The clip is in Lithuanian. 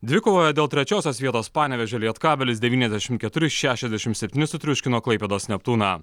dvikovoje dėl trečiosios vietos panevėžio lietkabelis devyniasdešim keturi šešiasdešimt septyni sutriuškino klaipėdos neptūną